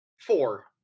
four